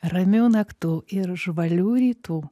ramių naktų ir žvalių rytų